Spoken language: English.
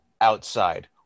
outside